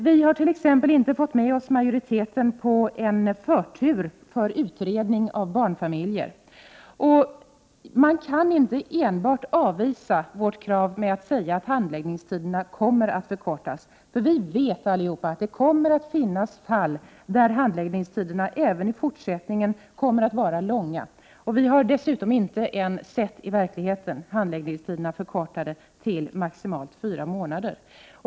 Vi har t.ex. inte fått med oss majoriteten när det gäller en förtur för utredning av barnfamiljer. Man kan inte enbart avvisa vårt krav med att säga att handläggningstiderna kommer att förkortas. Vi vet ju alla att det även i fortsättningen kommer att finnas fall där handläggningstiderna är långa. Vi har dessutom ännu inte i verkligheten sett att handläggningstiderna skulle ha förkortats till maximalt fyra månader.